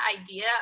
idea